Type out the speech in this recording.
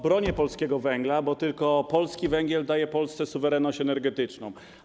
Bronię polskiego węgla, bo tylko polski węgiel daje Polsce suwerenność energetyczną.